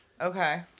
Okay